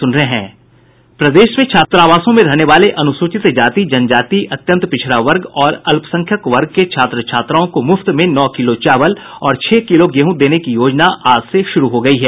प्रदेश में छात्रावासों में रहने वाले अनुसूचित जाति जनजाति अत्यंत पिछड़ा वर्ग और अल्पसंख्यक वर्ग के छात्र छात्राओं को मुफ्त में नौ किलो चावल और छह किलो गेहूँ देने की योजना आज से शुरू हो गयी है